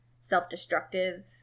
self-destructive